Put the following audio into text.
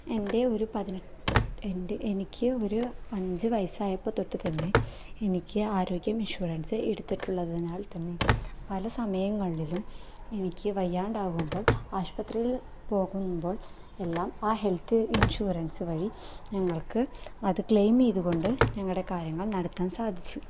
എൻ്റെ ഒരു പതിനെ എൻ്റെ എനിക്ക് ഒര് അഞ്ച് വയസായപ്പം തൊട്ട് തന്നെ എനിക്ക് ആരോഗ്യം ഇൻഷുറൻസ്സ് എടുത്തിട്ടുള്ളതിനാൽത്തന്നെ പല സമയങ്ങളിലും എനിക്ക് വയ്യാണ്ടാകുമ്പോൾ ആശുപത്രിയിൽ പോകുമ്പോൾ എല്ലാം ആ ഹെൽത് ഇൻഷുറൻസ് വഴി ഞങ്ങൾക്ക് അത് ക്ലെയിം ചെയ്ത് കൊണ്ട് ഞങ്ങളുടെ കാര്യങ്ങൾ നടത്താൻ സാധിച്ചു